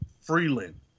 freeland